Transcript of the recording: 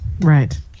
Right